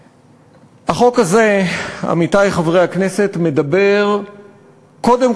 היושבת-ראש, עמיתי חברי הכנסת, אני כבר קצת